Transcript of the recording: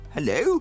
Hello